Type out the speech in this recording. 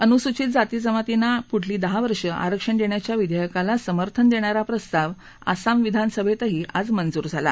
अनुसूचित जाती जमातींना पुढची दहा वर्ष आरक्षण देण्याच्या विधेयकाला समर्थन देणारा प्रस्ताव आसाम विधानसभेत आज मंजूर झाला